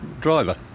driver